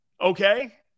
Okay